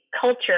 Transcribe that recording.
culture